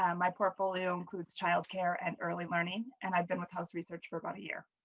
um my portfolio includes childcare and early learning and i've been with us research for about a year.